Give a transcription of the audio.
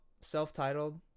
self-titled